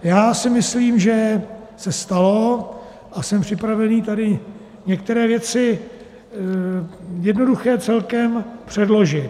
Já si myslím, že se stalo, a jsem připravený tady některé věci, jednoduché celkem, předložit.